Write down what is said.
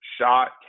shot